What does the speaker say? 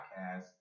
podcast